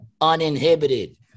uninhibited